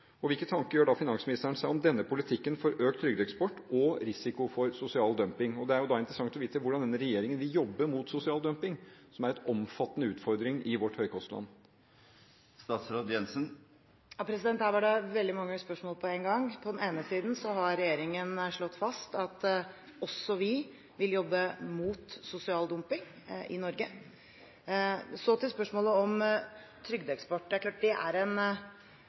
Hvilke tanker gjør finansministeren seg om denne politikken for økt trygdeeksport og risiko for sosial dumping? Det er interessant å vite hvordan regjeringen vil jobbe mot sosial dumping, som er en omfattende utfordring i vårt høykostland. Her var det veldig mange spørsmål på én gang. Regjeringen har slått fast at også vi vil jobbe mot sosial dumping i Norge. Så til spørsmålet om trygdeeksport. Det er klart at det er en